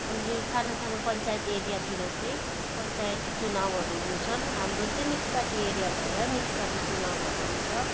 अनि सानो सानो पञ्चायत एरियातिर चाहिँ पञ्चायती चुनाउहरू हुन्छन् हाम्रो चाहिँ म्युनिसिपालिटी एरिया भएर म्युनिसिपालिटी चुनाउहरू हुन्छ